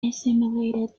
assimilated